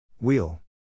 Wheel